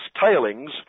Tailings